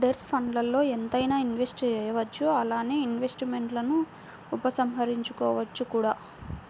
debt ఫండ్స్ల్లో ఎంతైనా invest చేయవచ్చు అలానే ఇన్వెస్ట్మెంట్స్ను ఉపసంహరించుకోవచ్చు కూడా